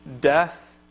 death